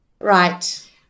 Right